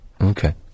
Okay